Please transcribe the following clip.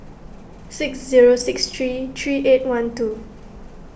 six zero six three three eight one two